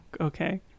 Okay